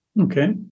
okay